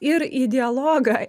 ir į dialogą